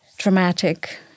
dramatic